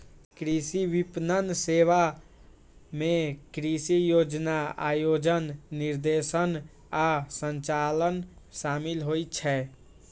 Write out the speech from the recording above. कृषि विपणन सेवा मे कृषि योजना, आयोजन, निर्देशन आ संचालन शामिल होइ छै